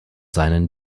seinen